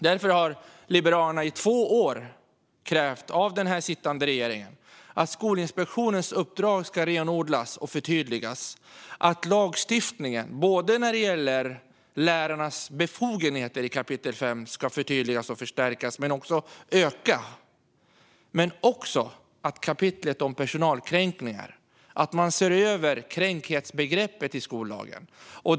Därför har Liberalerna i två år krävt av den sittande regeringen att Skolinspektionens uppdrag ska renodlas och förtydligas och att lagstiftningen när det gäller lärarnas befogenheter enligt kapitel 5 ska förtydligas och förstärkas och befogenheterna öka. Vi har också när det gäller kapitlet om personalkränkningar krävt att man ser över kränkthetsbegreppet i skollagen.